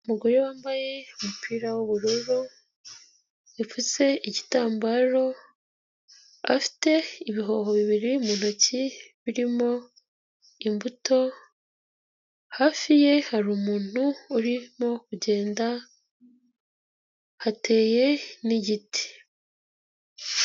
Umugore wambaye umupira w'ubururu, wipfutse igitambaro, afite ibiho bibiri mu ntoki, birimo imbuto, hafi ye hariru umuntu urimo kugenda, hateye n'igiti.